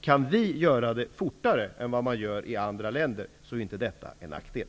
Kan vi åstadkomma det fortare än vad man gör i andra länder är detta inte en nackdel.